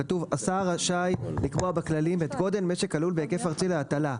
כתוב שהשר רשאי לקבוע בכללים את גודל משק הלול בהיקף ארצי להטלה.